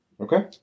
Okay